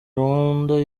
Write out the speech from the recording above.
rwanda